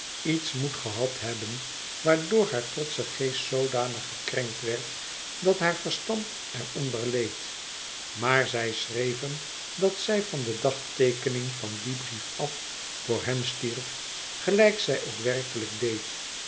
iets moest gehad hebben waardoorhaar trotsche geest zoodanig gekrenkt werd dat haar verstand er onder leed maar zij schreef hem dat zij van de dagteekening van dien brief af voor hem stierf gelijk zij ook werkelijk deed